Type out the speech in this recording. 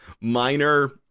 minor